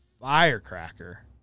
firecracker